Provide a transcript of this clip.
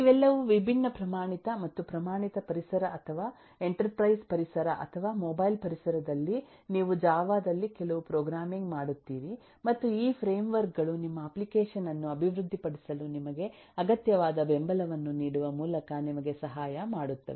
ಇವೆಲ್ಲವೂ ವಿಭಿನ್ನ ಪ್ರಮಾಣಿತ ಮತ್ತು ಪ್ರಮಾಣಿತಪರಿಸರ ಅಥವಾ ಎಂಟರ್ಪ್ರೈಸ್ ಪರಿಸರ ಅಥವಾ ಮೊಬೈಲ್ ಪರಿಸರದಲ್ಲಿ ನೀವು ಜಾವಾ ದಲ್ಲಿ ಕೆಲವು ಪ್ರೋಗ್ರಾಮಿಂಗ್ ಮಾಡುತ್ತೀರಿ ಮತ್ತು ಈ ಫ್ರೇಮ್ ವರ್ಕ್ ಗಳು ನಿಮ್ಮ ಅಪ್ಲಿಕೇಶನ್ ಅನ್ನು ಅಭಿವೃದ್ಧಿಪಡಿಸಲು ನಿಮಗೆ ಅಗತ್ಯವಾದ ಬೆಂಬಲವನ್ನು ನೀಡುವ ಮೂಲಕ ನಿಮಗೆ ಸಹಾಯ ಮಾಡುತ್ತವೆ